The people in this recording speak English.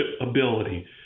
ability